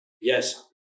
Yes